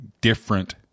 different